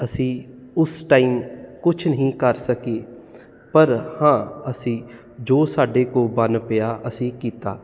ਅਸੀਂ ਉਸ ਟਾਈਮ ਕੁਝ ਨਹੀਂ ਕਰ ਸਕੇ ਪਰ ਹਾਂ ਅਸੀਂ ਜੋ ਸਾਡੇ ਕੋਲ ਬਣ ਪਿਆ ਅਸੀਂ ਕੀਤਾ